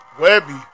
Webby